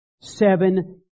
Seven